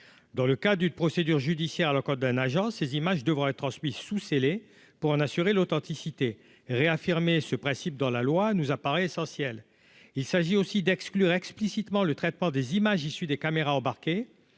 dans le cas d'une procédure judiciaire à la Côte d'un agent ces images devraient être transmis sous scellés pour en assurer l'authenticité réaffirmé ce principe dans la loi, nous apparaît essentiel, il s'agit aussi d'exclure explicitement le traitement des images issues des caméras embarquées